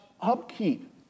upkeep